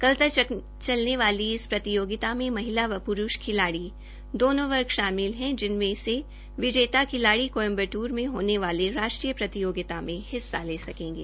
कल चलने वाली इस प्रतियोगिता में महिली व पुरूष खिलाड़ी दोनो वर्ग शामिल हैं जिनमें से विजेता खिलाड़ी कोयम बटूर में होने वाली राष्ट्रीय प्रतियोगिता में हिस्सा ले सकेंगे